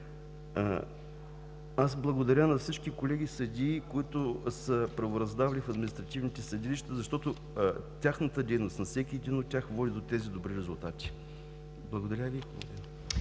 Аз благодаря на всички колеги съдии, които са правораздавали в административните съдилища, защото тяхната дейност – на всеки един от тях, води до тези добри резултати. Благодаря Ви.